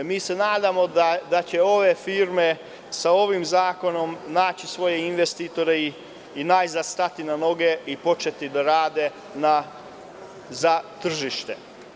Mi se nadamo da će ove firme sa ovim zakonom naći svoje investitore i najzad stati na noge i početi da rade za tržište.